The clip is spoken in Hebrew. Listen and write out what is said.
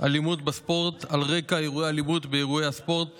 אלימות בספורט על רקע אירועי אלימות באירועי הספורט